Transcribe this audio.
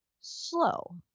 slow